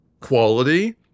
quality